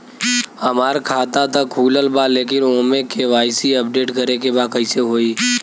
हमार खाता ता खुलल बा लेकिन ओमे के.वाइ.सी अपडेट करे के बा कइसे होई?